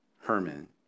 Herman